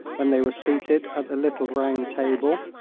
when they were seated at the little round table.